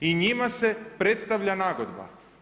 I njima se predstavlja nagodba.